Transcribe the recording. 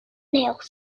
nails